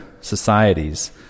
societies